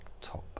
top